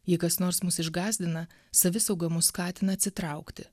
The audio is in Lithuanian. jei kas nors mus išgąsdina savisauga mus skatina atsitraukti